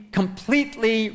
completely